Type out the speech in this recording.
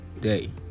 day